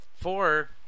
four